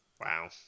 Wow